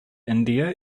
india